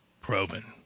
Proven